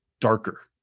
darker